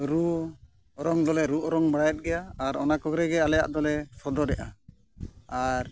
ᱨᱩ ᱚᱨᱚᱝ ᱫᱚᱞᱮ ᱨᱩ ᱚᱨᱚᱝ ᱵᱟᱲᱟᱭᱮᱫ ᱜᱮᱭᱟ ᱟᱨ ᱚᱱᱟ ᱠᱚᱨᱮ ᱜᱮ ᱟᱞᱮᱭᱟᱜ ᱫᱚᱞᱮ ᱥᱚᱫᱚᱨᱮᱜᱼᱟ ᱟᱨ